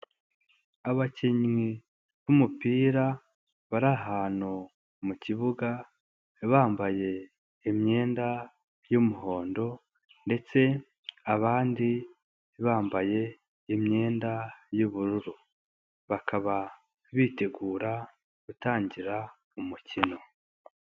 Abakinnyi b'umupira bari ahantu mu kibuga bambaye imyenda y'umuhondo ndetse abandi bambaye imyenda y'ubururu bakaba bitegura gutangira umukino.